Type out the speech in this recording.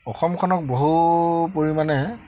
অসমখনক বহু পৰিমাণে